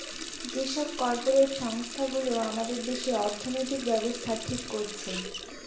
যে সব কর্পরেট সংস্থা গুলো আমাদের দেশে অর্থনৈতিক ব্যাবস্থা ঠিক করছে